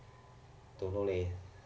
don't know leh